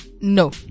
No